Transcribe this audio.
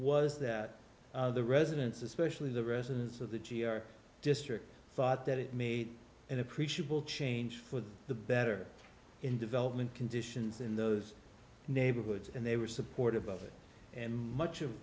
was that the residents especially the residents of the district thought that it made an appreciable change for the better in development conditions in those neighborhoods and they were supportive of it and much of